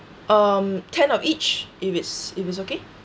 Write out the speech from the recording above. um ten of each if it's if it's okay